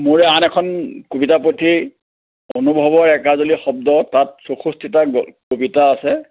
মোৰ আন এখন কবিতাপুথি অনুভৱৰ একাঁজলি শব্দ তাত চৌষষ্ঠিটা কবিতা আছে